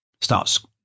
starts